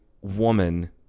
woman